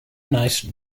nice